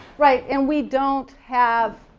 right and we don't have,